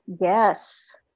Yes